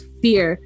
fear